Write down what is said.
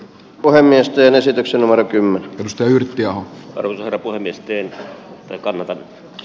puhemiesten esityksen vara kymmenen josta jyrki aho arvioita kuin nesteen ei kannata